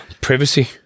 Privacy